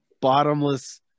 bottomless